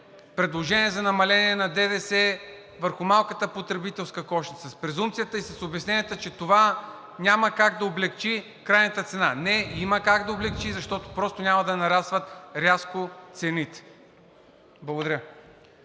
предложение за намаление на ДДС върху малката потребителска кошница с презумпцията и с обясненията, че това няма как да облекчи крайната цена. Не, има как да я облекчи, защото просто няма да нарастват рязко цените. Благодаря.